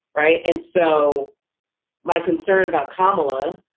right. and so my concern about comilla,